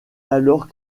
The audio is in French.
alors